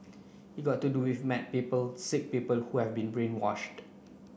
it got to do with mad people sick people who have been brainwashed